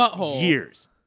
years